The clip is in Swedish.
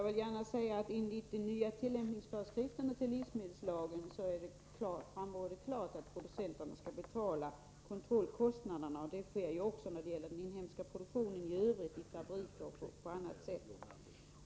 Herr talman! Av tillämpningsföreskrifterna till livsmedelslagen framgår klart att producenterna skall betala kontrollkostnaderna. Det sker ju också när det gäller den inhemska produktionsverksamheten i övrigt, t.ex. i fabriker och på andra håll.